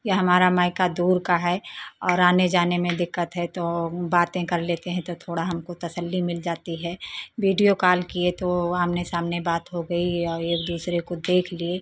या हमारा मायका दूर का है और आने जाने में दिक्कत है तो बाते कर लेते हैं तो थोड़ा हमको तसल्ली मिल जाती है वीडियो कॉल किए तो आमने सामने बात हो गई और एक दूसरे को देख लिए